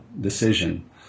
decision